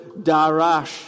darash